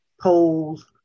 polls